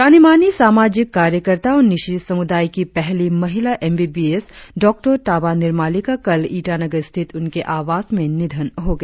जानी मानी सामाजिक कार्यकर्ता और नीशी समुदाय की पहली महिला एमबीबीएस डॉक्टर ताबा निरमली का कल ईटानगर स्थित उनके आवास में निधन हो गया